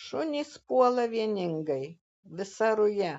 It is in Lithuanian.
šunys puola vieningai visa ruja